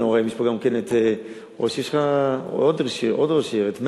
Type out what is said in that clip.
יש פה עוד ראש עיר, מאיר,